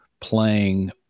playing